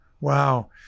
Wow